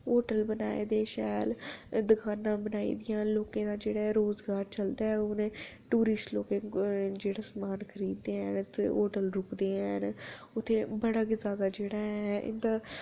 hotel बनाए दे शैल दकान्नां बनाई दियां लोकें दा जेह्ड़ा ऐ रोजगार चलदा ऐ उ'नें टूरिस्ट लोकें जेहड़ा समान खरीददे हैन होटल रुकदे हैन उत्थै बड़ा गै जैदा जेह्ड़ा ऐ इं'दा